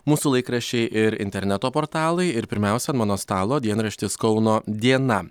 mūsų laikraščiai ir interneto portalai ir pirmiausia ant mano stalo dienraštis kauno diena